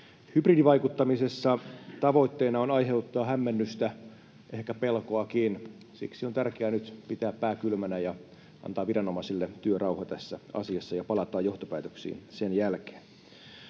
Hybridivaikuttamisessa tavoitteena on aiheuttaa hämmennystä, ehkä pelkoakin. Siksi on tärkeää nyt pitää pää kylmänä ja antaa viranomaisille työrauha tässä asiassa, ja palataan johtopäätöksiin sen jälkeen.